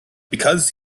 because